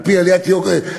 על-פי עליית יוקר המחיה,